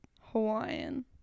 Hawaiian